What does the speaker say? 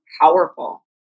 powerful